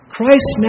Christ